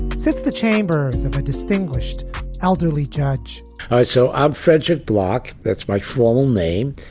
since the chambers have a distinguished elderly judge show ibe frederick block that's my full name.